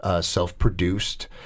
self-produced